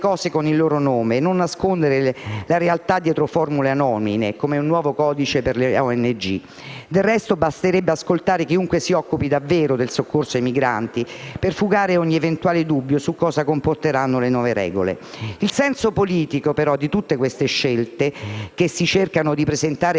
cose con il loro nome e non nascondere la realtà dietro formule anonime come «nuovo codice per le ONG». Del resto, basterebbe ascoltare chiunque si occupi davvero del soccorso ai migranti per fugare ogni eventuale dubbio su cosa comporteranno le nuove regole. Il senso politico di tutte queste scelte, che si cercano di presentare